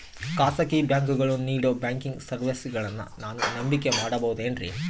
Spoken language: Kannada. ಖಾಸಗಿ ಬ್ಯಾಂಕುಗಳು ನೇಡೋ ಬ್ಯಾಂಕಿಗ್ ಸರ್ವೇಸಗಳನ್ನು ನಾನು ನಂಬಿಕೆ ಮಾಡಬಹುದೇನ್ರಿ?